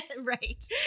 Right